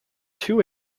two